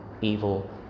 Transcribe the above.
evil